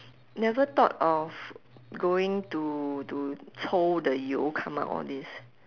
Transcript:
never thought of going to to 抽：chou the 油：you come out all this